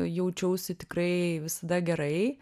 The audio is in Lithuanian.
jaučiausi tikrai visada gerai